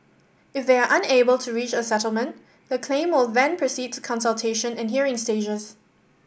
if they are unable to reach a settlement the claim will then proceed to consultation and hearing stages